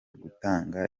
gutanga